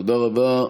תודה רבה.